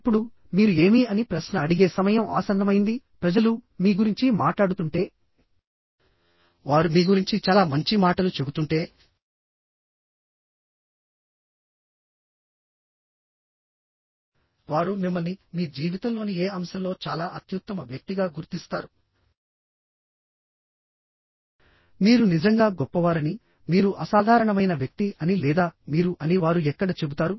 ఇప్పుడు మీరు ఏమి అని ప్రశ్న అడిగే సమయం ఆసన్నమైంది ప్రజలు మీ గురించి మాట్లాడుతుంటే వారు మీ గురించి చాలా మంచి మాటలు చెబుతుంటే వారు మిమ్మల్ని మీ జీవితంలోని ఏ అంశంలో చాలా అత్యుత్తమ వ్యక్తిగా గుర్తిస్తారు మీరు నిజంగా గొప్పవారని మీరు అసాధారణమైన వ్యక్తి అని లేదా మీరు అని వారు ఎక్కడ చెబుతారు